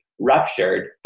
ruptured